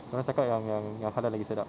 dia orang cakap yang yang yang halal lagi sedap